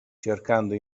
cercando